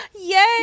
Yay